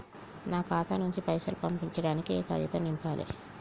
నా ఖాతా నుంచి పైసలు పంపించడానికి ఏ కాగితం నింపాలే?